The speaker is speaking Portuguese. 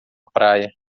praia